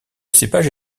cépage